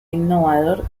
innovador